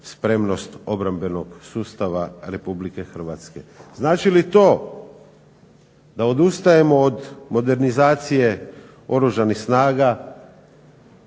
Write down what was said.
spremnost obrambenog sustava Republike Hrvatske. Znači li to da odustajemo od modernizacije Oružanih snaga,